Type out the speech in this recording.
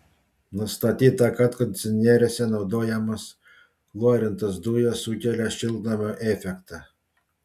nustatyta kad kondicionieriuose naudojamos fluorintos dujos sukelia šiltnamio efektą